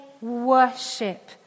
worship